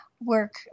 work